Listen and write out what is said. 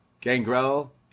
Gangrel